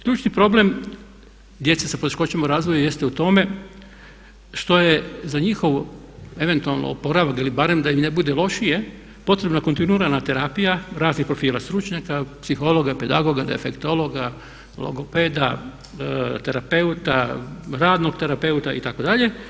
Ključni problem djece sa poteškoćama u razvoju jeste u tome što je za njihov eventualni oporavak ili barem da im ne bude lošije potrebna kontinuirana terapija raznih profila stručnjaka, psihologa, pedagoga, defektologa, logopeda, terapeuta, radnog terapeuta itd.